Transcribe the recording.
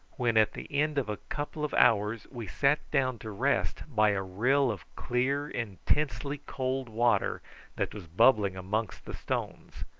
when at the end of a couple of hours we sat down to rest by a rill of clear intensely cold water that was bubbling amongst the stones.